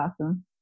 awesome